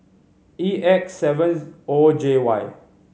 E X seven O J Y